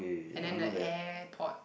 and then the airport